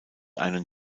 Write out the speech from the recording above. einen